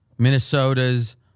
Minnesota's